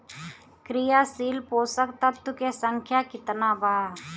क्रियाशील पोषक तत्व के संख्या कितना बा?